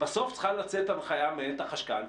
בסוף צריכה לצאת הנחיה מאת החשכ"ל.